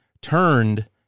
turned